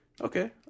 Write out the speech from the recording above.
Okay